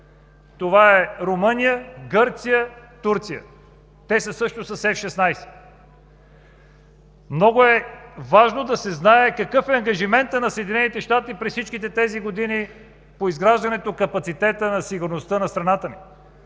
Това са Румъния, Гърция, Турция. Те също са с F-16. Много е важно да се знае какъв е ангажиментът на Съединените щати през всичките тези години по изграждане капацитета на сигурността на страната ни,